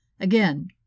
Again